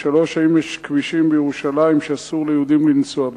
3. האם יש כבישים בירושלים שאסור ליהודים לנסוע בהם?